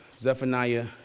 Zephaniah